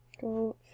Go